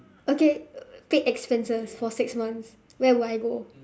okay paid expenses for six months where would I go